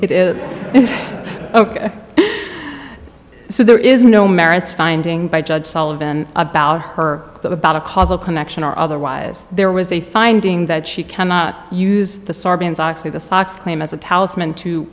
it is ok so there is no merits finding by judge sullivan about her but about a causal connection or otherwise there was a finding that she can use the sarbanes oxley the sox claim as a t